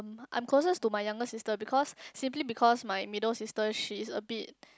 ma~ I'm closest to my younger sister because simply because my middle sister she is a bit